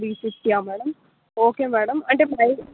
three ఫిఫ్టీయా madam okay madam అంటే